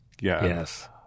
Yes